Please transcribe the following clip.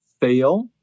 fail